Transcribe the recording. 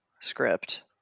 script